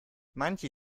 manche